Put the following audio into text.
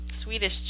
Swedish